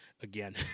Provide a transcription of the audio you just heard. again